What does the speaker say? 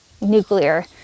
nuclear